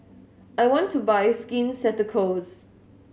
I want to buy Skin Ceuticals